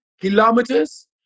kilometers